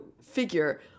figure